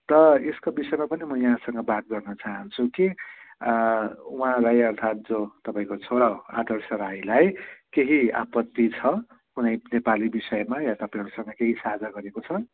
त यसको विषयमा पनि म यहाँसँग बात गर्न चाहन्छु कि उहाँलाई अर्थात् जो तपाईँको छोरो आदर्श राईलाई केही आपत्ति छ कुनै नेपाली विषयमा या तपाईँहरूसँग केही साझा गरेको छ